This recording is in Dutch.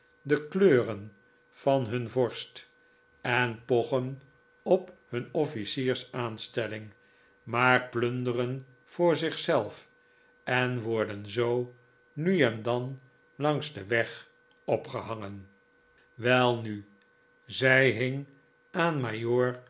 de kleuren van hun vorst en pochen op hun officiersaanstelling maar plunderen voor zichzelf en worden zoo nu en dan langs den weg opgehangen welnu zij hing aan